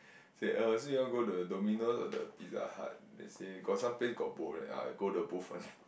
say uh so you want go to the Domino or the Pizza Hut then he say got some place got both right ah go the both one